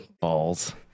Balls